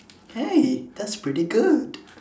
hey that's pretty good